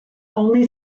only